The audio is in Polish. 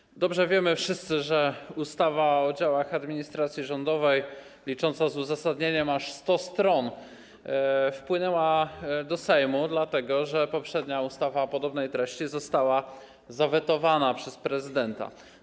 Wszyscy dobrze wiemy, że ustawa o działach administracji rządowej licząca z uzasadnieniem aż 100 s. wpłynęła do Sejmu dlatego, że poprzednia ustawa o podobnej treści została zawetowana przez prezydenta.